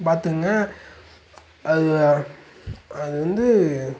பார்த்துக்கங்க அது அது வந்து